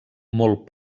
molt